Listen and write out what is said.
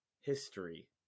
history